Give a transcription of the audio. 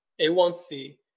A1C